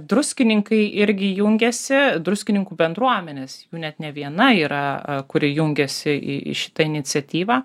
druskininkai irgi jungiasi druskininkų bendruomenės jų net ne viena yra kuri jungiasi į į šitą iniciatyvą